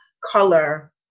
color